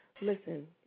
Listen